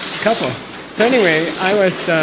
a couple so anyway i was